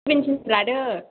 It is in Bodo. सेभेन्टिनसो लादो